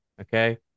Okay